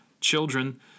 children